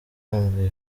wambaye